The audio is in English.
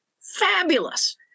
fabulous